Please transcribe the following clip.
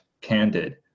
candid